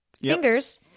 fingers